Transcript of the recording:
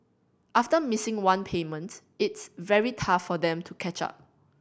after missing one payment it's very tough for them to catch up